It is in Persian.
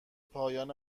پایان